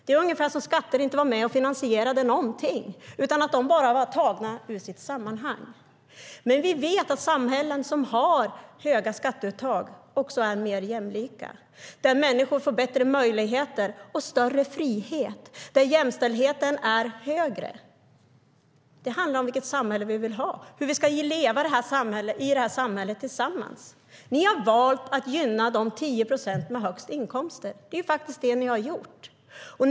Det är ungefär som om skatter inte finansierar någonting utan bara är tagna ur sitt sammanhang. Ni har valt att gynna de 10 procent med högst inkomster. Det är faktiskt vad ni har gjort.